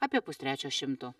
apie pustrečio šimto